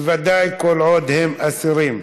בוודאי כל עוד הם אסירים.